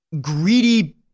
greedy